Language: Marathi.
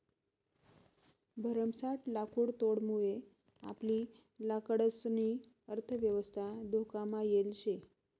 भरमसाठ लाकुडतोडमुये आपली लाकडंसनी अर्थयवस्था धोकामा येल शे